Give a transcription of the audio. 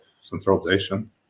centralization